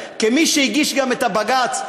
כמי שהגיש גם את הבג"ץ,